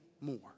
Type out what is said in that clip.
more